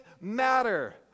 matter